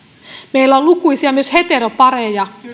meillä on myös lukuisia heteropareja